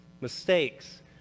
mistakes